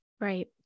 Right